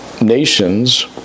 nations